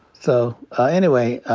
so anyway,